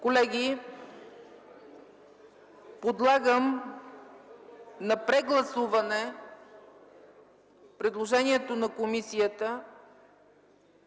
прието. Подлагам на гласуване предложението на комисията